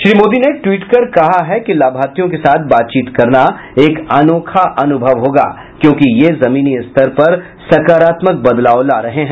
श्री मोदी ने ट्वीट कर कहा है कि लाभार्थियों के साथ बातचीत करना एक अनोखा अनुभव होगा क्योंकि ये जमीनी स्तर पर सकारात्मक बदलाव ला रहे हैं